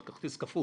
על כרטיס קפוא